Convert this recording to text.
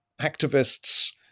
activists